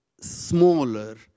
smaller